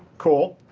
cool.